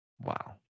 Wow